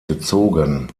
gezogen